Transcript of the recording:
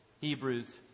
Hebrews